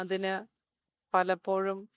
അതിന് പലപ്പോഴും